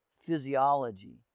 physiology